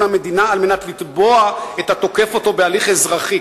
המדינה על מנת לתבוע את התוקף אותו בהליך אזרחי.